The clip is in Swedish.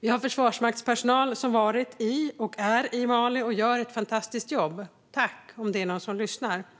Vi har försvarsmaktspersonal som varit i och är i Mali och gör ett fantastiskt jobb. Om någon av dem lyssnar - tack!